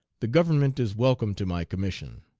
the government is welcome to my commission.